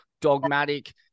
dogmatic